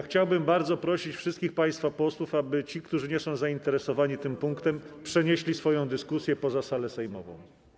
Chciałbym bardzo prosić wszystkich państwa posłów, aby ci, którzy nie są zainteresowani tym punktem, przenieśli swoją dyskusję poza salę sejmową.